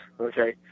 okay